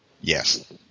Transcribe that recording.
yes